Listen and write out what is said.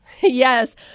Yes